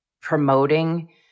promoting